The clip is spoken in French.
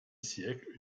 siècle